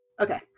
Okay